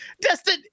Destin